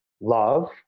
love